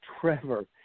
Trevor